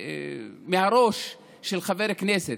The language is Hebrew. מהראש של חבר הכנסת,